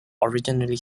originally